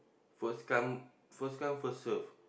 first come first come first serve